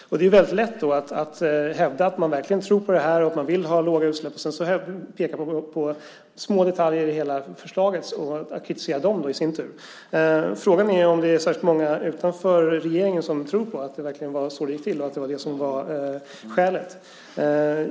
Då är det väldigt lätt att hävda att man verkligen tror på det här, att man vill ha låga utsläpp och sedan peka på små detaljer i förslaget och kritisera dem i sin tur. Frågan är om det är särskilt många utanför regeringen som tror på att det verkligen var så det gick till och att det var det som var skälet.